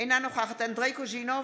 אינה נוכחת אנדרי קוז'ינוב,